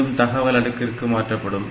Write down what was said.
மீண்டும் தகவல் அடுக்கிற்கு மாற்றப்படும்